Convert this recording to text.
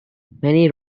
many